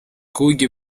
kuigi